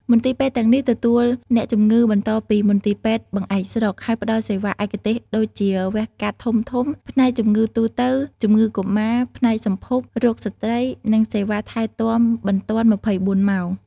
មន្ទីរពេទ្យទាំងនេះទទួលអ្នកជំងឺបន្តពីមន្ទីរពេទ្យបង្អែកស្រុក ហើយផ្តល់សេវាឯកទេសដូចជា វះកាត់ធំៗ ផ្នែកជំងឺទូទៅ ជំងឺកុមារ ផ្នែកសម្ភព រោគស្ត្រី និងសេវាថែទាំបន្ទាន់ ២៤ ម៉ោង។